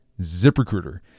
ZipRecruiter